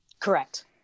Correct